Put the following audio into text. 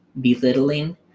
belittling